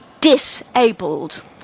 disabled